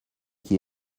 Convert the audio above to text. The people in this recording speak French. qui